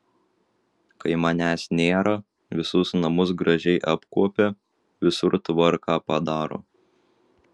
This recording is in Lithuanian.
kai manęs nėra visus namus gražiai apkuopia visur tvarką padaro